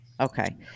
Okay